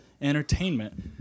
entertainment